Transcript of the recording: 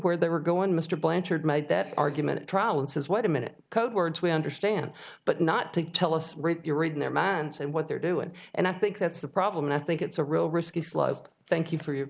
where they were going mr blanchard made that argument at trial and says wait a minute code words we understand but not to tell us you're reading their minds and what they're doing and i think that's the problem and i think it's a real risk thank you for your